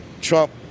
Trump